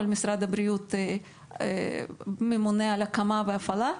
אבל משרד הבריאות ממונה על ההקמה וההפעלה,